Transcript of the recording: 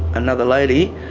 another lady,